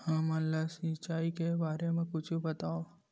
हमन ला सिंचाई के बारे मा कुछु बतावव?